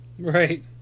right